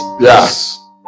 yes